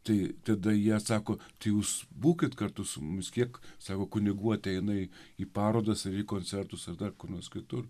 tai tada jie sako jūs būkit kartu su mūsų kiek savo kunigų ateina į parodas koncertus ar kur nors kitur